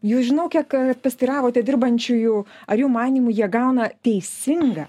jūs žinau kiek pasiteiravote dirbančiųjų ar jų manymu jie gauna teisingą